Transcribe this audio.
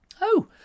Oh